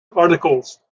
articles